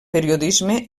periodisme